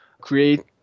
create